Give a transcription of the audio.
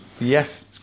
Yes